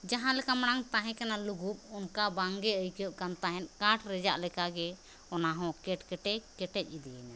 ᱡᱟᱦᱟᱸ ᱞᱮᱠᱟ ᱢᱟᱲᱟᱝ ᱛᱟᱦᱮᱸ ᱠᱟᱱᱟ ᱞᱳᱜᱳᱫ ᱚᱱᱠᱟ ᱵᱟᱝᱜᱮ ᱟᱹᱭᱠᱟᱹᱜ ᱠᱟᱱ ᱛᱟᱦᱮᱱ ᱠᱟᱴ ᱨᱮᱭᱟᱜ ᱞᱮᱠᱟ ᱜᱮ ᱚᱱᱟᱦᱚᱸ ᱠᱮᱴᱠᱮᱴᱮ ᱠᱮᱴᱮᱡ ᱤᱫᱤᱭᱮᱱᱟ